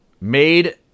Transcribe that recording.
Made